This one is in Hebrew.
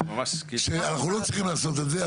אנחנו לא צריכים לעשות את זה.